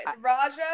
Raja